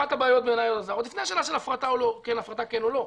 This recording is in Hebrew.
אחת הבעיות בעיני --- עוד לפני השאלה של הפרטה כן או לא.